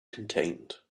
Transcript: contained